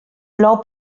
plou